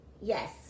yes